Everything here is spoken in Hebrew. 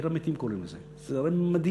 עיר המתים קוראים לזה, זה הרי מדהים.